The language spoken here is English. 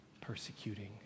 persecuting